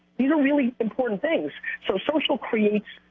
these are really important things, so social creates,